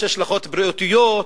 יש השלכות בריאותיות,